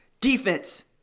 defense